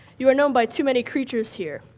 you are known by too many creatures here.